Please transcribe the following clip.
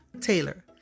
Taylor